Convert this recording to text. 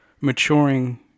maturing